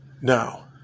Now